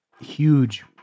huge